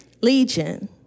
Legion